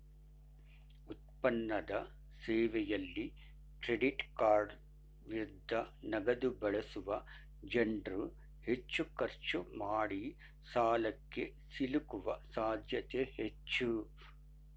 ಉತ್ಪನ್ನದ ಸೇವೆಯಲ್ಲಿ ಕ್ರೆಡಿಟ್ಕಾರ್ಡ್ ವಿರುದ್ಧ ನಗದುಬಳಸುವ ಜನ್ರುಹೆಚ್ಚು ಖರ್ಚು ಮಾಡಿಸಾಲಕ್ಕೆ ಸಿಲುಕುವ ಸಾಧ್ಯತೆ ಹೆಚ್ಚು